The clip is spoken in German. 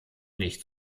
nicht